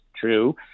true